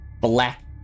black